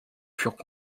furent